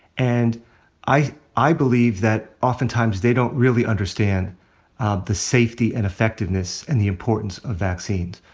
and i i believe that oftentimes they don't really understand ah the safety and effectiveness and the importance of vaccines.